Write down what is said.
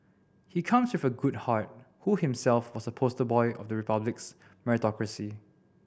he comes with a good heart who himself was a poster boy of the Republic's meritocracy